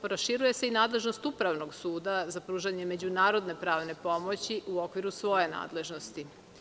Proširuje se i nadležnost upravnog suda za pružanje međunarodne pravne pomoći u okviru svoje nadležnosti.